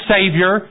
Savior